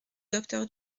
docteur